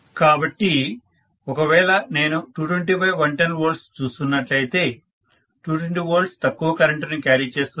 కాబట్టి ఒకవేళ నేను 220110V ని చూస్తున్నట్లయితే 220V తక్కువ కరెంటుని క్యారీ చేస్తుంది